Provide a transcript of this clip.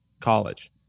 college